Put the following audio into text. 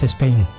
Spain